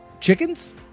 Chickens